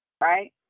Right